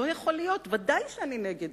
לא יכול להיות, ודאי שאני נגד.